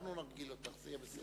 אנחנו נרגיל אותך, זה יהיה בסדר.